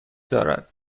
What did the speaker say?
دارد